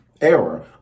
error